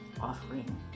offering